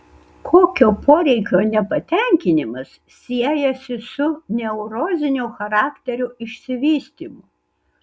kokio poreikio nepatenkinimas siejasi su neurozinio charakterio išsivystymu